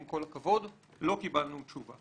עם כל הכבוד לא קיבלנו תשובה.